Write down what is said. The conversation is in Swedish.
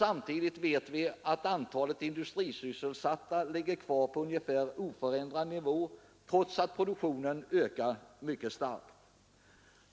Samtidigt vet vi att antalet industrisysselsatta ligger kvar på ungefär oförändrad nivå, trots att produktionen ökar mycket starkt.